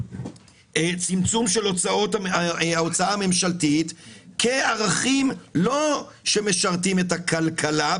צמצום של ההוצאה הממשלתית כערכים שלא משרתים את הכלכלה,